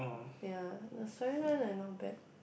ya the storyline like not bad